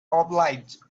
obliged